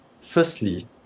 Firstly